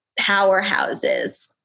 powerhouses